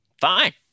fine